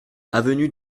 avenue